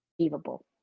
achievable